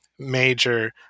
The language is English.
major